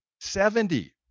Seventy